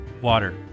Water